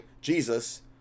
Jesus